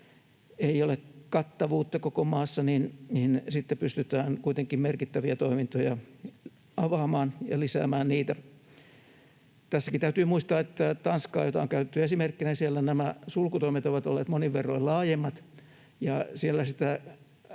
ei ole kattavuutta koko maassa, pystytään kuitenkin merkittäviä toimintoja avaamaan ja lisäämään niitä. Tässäkin täytyy muistaa, että Tanskassa, jota on käytetty esimerkkinä, nämä sulkutoimet ovat olleet monin verroin laajemmat ja siellä sitä